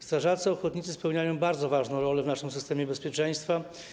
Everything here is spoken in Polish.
Strażacy ochotnicy spełniają bardzo ważną funkcję w naszym systemie bezpieczeństwa.